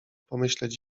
pomyśleć